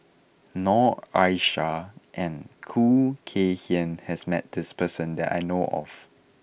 Noor Aishah and Khoo Kay Hian has met this person that I know of